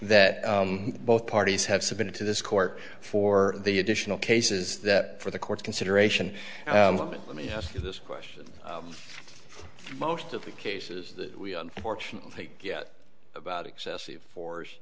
that both parties have submitted to this court for the additional cases that for the courts consideration let me ask you this question most of the cases that we unfortunately think about excessive force